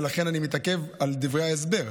ולכן אני מתעכב על דברי ההסבר.